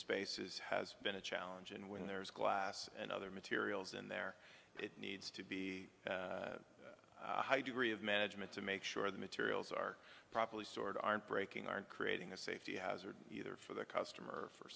spaces has been a challenge and when there is glass and other materials in there it needs to be a high degree of management to make sure the materials are properly stored aren't breaking aren't creating a safety hazard either for the customer or